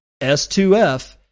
S2F